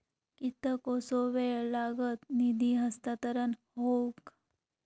कितकोसो वेळ लागत निधी हस्तांतरण हौक?